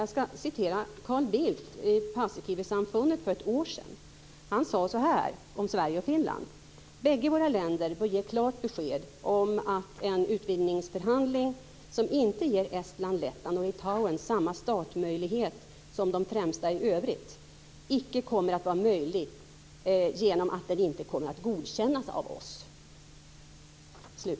Carl Bildt sade i Paasikivisamfundet för ett år sedan om Sverige och Finland: Bägge våra länder bör ge klart besked om att en utvidgningsförhandling som inte ger Estland, Lettland och Litauen samma startmöjlighet som de främsta i övrigt icke kommer att vara möjlig, genom att den inte kommer att godkännas av oss.